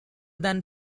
than